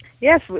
Yes